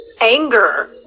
anger